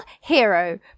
hero